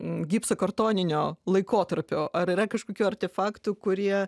gipso kartoninio laikotarpio ar yra kažkokių artefaktų kurie